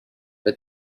but